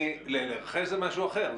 להירכש זה משהו אחר,